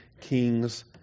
king's